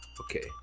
Okay